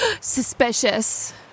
Suspicious